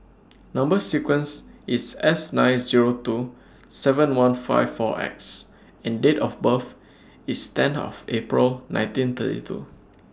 Number sequence IS S nine Zero two seven one five four X and Date of birth IS ten of April nineteen thirty two